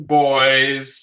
boys